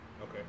Okay